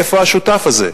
איפה השותף הזה?